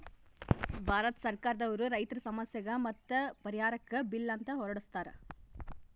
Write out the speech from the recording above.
ಭಾರತ್ ಸರ್ಕಾರ್ ದವ್ರು ರೈತರ್ ಸಮಸ್ಯೆಗ್ ಮತ್ತ್ ಪರಿಹಾರಕ್ಕ್ ಬಿಲ್ ಅಂತ್ ಹೊರಡಸ್ತಾರ್